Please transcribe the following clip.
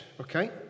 okay